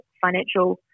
financial